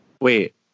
Wait